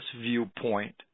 viewpoint